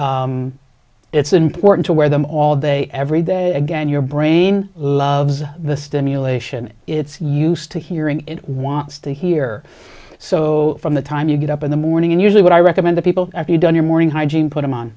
it's important to wear them all day every day again your brain loves the stimulation it's used to hearing it wants to hear so from the time you get up in the morning and usually what i recommend to people if you don't your morning hygiene put them on